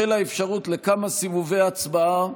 בשל האפשרות לכמה סיבובי הצבעה,